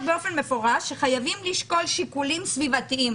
באופן מפורש שחייבים לשקול שיקולים סביבתיים.